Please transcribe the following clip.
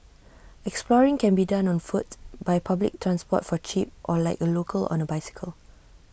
exploring can be done on foot by public transport for cheap or like A local on A bicycle